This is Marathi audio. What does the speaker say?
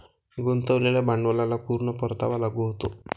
गुंतवलेल्या भांडवलाला पूर्ण परतावा लागू होतो